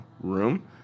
room